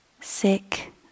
sick